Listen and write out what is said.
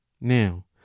now